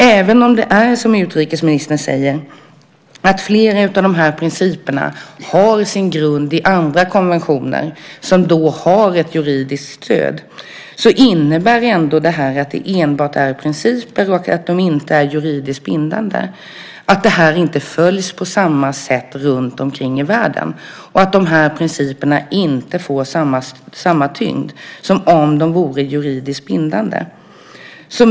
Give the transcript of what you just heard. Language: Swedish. Även om det är som utrikesministern säger, att flera av de här principerna har sin grund i andra konventioner som har ett juridiskt stöd, innebär det här att det enbart är principer och att de inte är juridiskt bindande. Det här följs inte på samma sätt runtomkring i världen, och de här principerna får inte samma tyngd som om de vore juridiskt bindande.